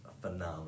phenomenal